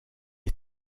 est